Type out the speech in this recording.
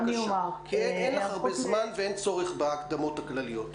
בבקשה כי אין לך הרבה זמן ואין צורך בהקדמות הכלליות.